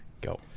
go